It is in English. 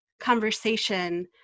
conversation